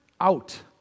out